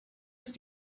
ist